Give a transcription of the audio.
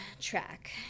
track